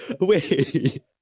Wait